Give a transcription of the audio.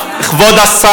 אנחנו לא מקבלים את "דאעש",